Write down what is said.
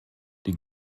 die